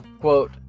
Quote